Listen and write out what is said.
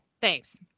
Thanks